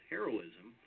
Heroism